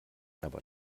aber